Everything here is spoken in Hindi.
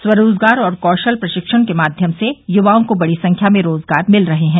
स्वरोजगार और कौशल प्रशिक्षण के माध्यम से युवाओं को बड़ी संख्या में रोजगार मिल रहे हैं